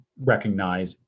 recognize